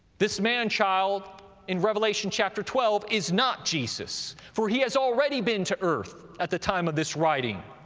this man-child in revelation, chapter twelve is not jesus, for he has already been to earth at the time of this writing.